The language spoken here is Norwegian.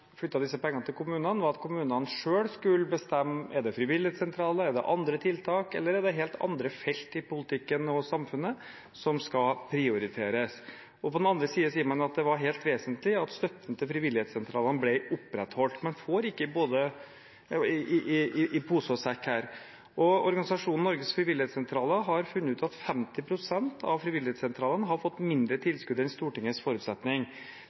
disse pengene til kommunene, var at kommunene selv skulle bestemme: Er det frivillighetssentraler, er det andre tiltak, eller er det helt andre felt i politikken og samfunnet som skal prioriteres? På den andre siden sier man at det var helt vesentlig at støtten til frivillighetssentralene ble opprettholdt. Man får ikke i både pose og sekk her. Organisasjonen Norges Frivilligsentraler har funnet ut at 50 pst. av frivillighetssentralene har fått mindre tilskudd enn Stortingets forutsetning.